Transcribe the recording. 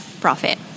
profit